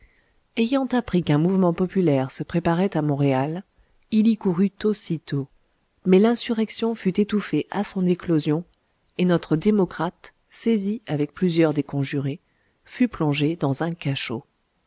ayant appris qu'un mouvement populaire se préparait à montréal il y courut aussitôt mais l'insurrection fut étouffée à son éclosion et notre démocrate saisi avec plusieurs des conjurés fut plongé dans un cachot